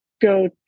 go